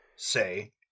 Say